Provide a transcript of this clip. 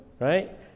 right